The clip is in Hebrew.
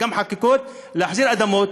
גם חקיקות, להחזיר אדמות,